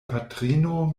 patrino